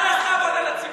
חלאס לעבוד על הציבור,